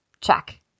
check